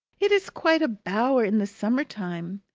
it is quite a bower in the summer-time.